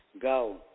Go